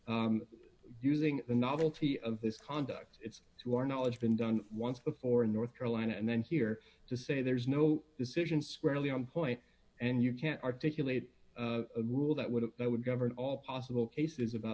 are using the novelty of this conduct is to our knowledge been done once before in north carolina and then here to say there's no decision squarely on point and you can't articulate a rule that would that would govern all possible cases about